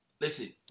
listen